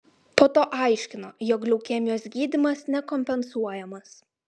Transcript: po to aiškino jog leukemijos gydymas nekompensuojamas